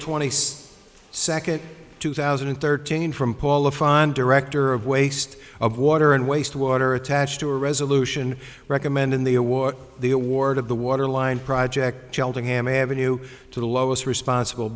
twenty second two thousand and thirteen from paul of fine director of waste of water and wastewater attached to a resolution recommending the award the award of the waterline project cheltenham ave to the lowest responsible